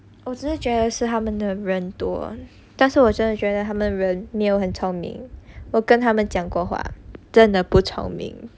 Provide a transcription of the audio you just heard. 我只是觉得是他们的人多但是我真的觉得他们人没有很聪明我跟他们讲过话真的不聪明